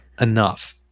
enough